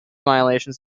violations